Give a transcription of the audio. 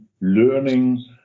learning